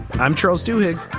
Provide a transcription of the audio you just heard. i'm charles duhigg.